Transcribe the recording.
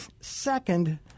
Second